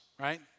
right